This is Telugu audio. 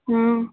ఆ